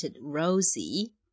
Rosie